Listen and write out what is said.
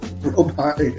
Robot